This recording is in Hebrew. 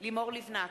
לימור לבנת,